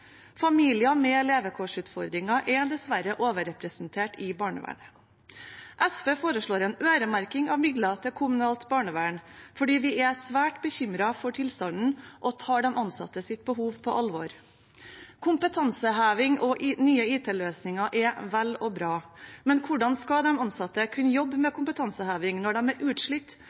Familier med levekårsutfordringer er dessverre overrepresentert i barnevernet. SV foreslår en øremerking av midler til kommunalt barnevern fordi vi er svært bekymret over tilstanden og tar de ansattes behov på alvor. Kompetanseheving og nye IT-løsninger er vel og bra, men hvordan skal de ansatte kunne jobbe med kompetanseheving når de er utslitt,